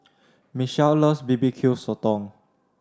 Michelle loves B B Q Sotong